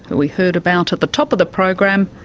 who we heard about at the top of the program,